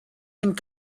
and